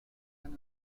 and